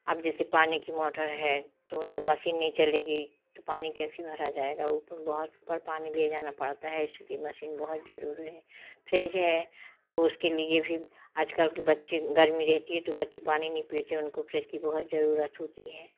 अब जैसे पानी की मोटर है तो जब मशीन नहीं चलेगी तो पानी कैसे भरा जाएगा ऊपर बहुत ऊपर पानी ले जाना पड़ता है इसलिए मशीन बहुत जरूरी है फ्रिज है तो उसके लिए भी आजकल के बच्चे गर्मी रहती है तो बच्चे पानी नहीं पीते है उनको फ्रिज की बहुत जरूरत होती हैं